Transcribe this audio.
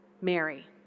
Mary